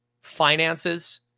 finances